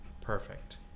Perfect